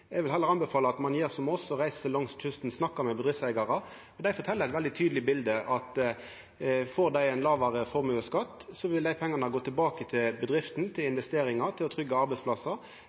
Eg vil heller anbefala at ein gjer som oss og reiser langs kysten og snakkar med bedriftseigarar. Dei teiknar eit veldig tydeleg bilete: Får dei lågare formuesskatt, vil dei pengane gå tilbake til bedrifta, til investeringar, til å trygga arbeidsplassar.